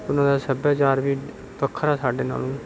ਉਨ੍ਹਾਂ ਦਾ ਸੱਭਿਆਚਾਰ ਵੀ ਵੱਖਰਾ ਸਾਡੇ ਨਾਲੋਂ